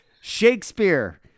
Shakespeare